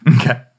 Okay